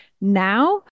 now